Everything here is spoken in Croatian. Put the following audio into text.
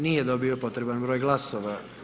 Nije dobio potreban broj glasova.